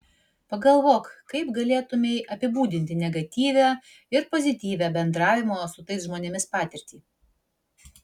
pagalvok kaip galėtumei apibūdinti negatyvią ir pozityvią bendravimo su tais žmonėmis patirtį